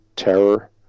terror